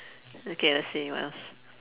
okay let's see what else